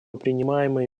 принимаемые